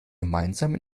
gemeinsam